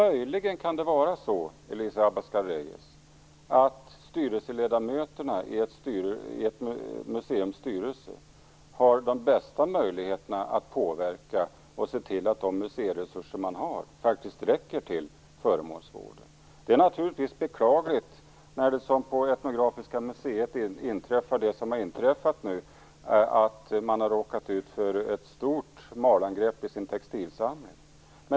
Elisa Abascal Reyes, ledamöterna i ett museums styrelse har väl de bästa möjligheterna att påverka och att se till att de museiresurser man har faktiskt räcker till föremålsvården. Det är beklagligt med sådant som det som inträffat på Etnografiska Museet. Dess textilsamling har alltså råkat ut för ett stort malangrepp.